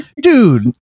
Dude